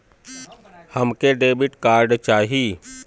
हमके debit card चाही?